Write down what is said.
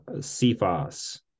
Cephas